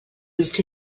ulls